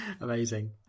Amazing